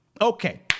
Okay